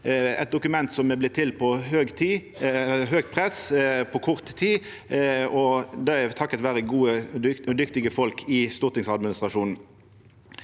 eit dokument som har vorte til med høgt press på kort tid. Det er takk vera gode og dyktige folk i stortingsadministrasjonen.